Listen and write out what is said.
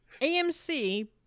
AMC